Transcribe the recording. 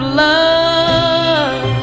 love